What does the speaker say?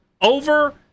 over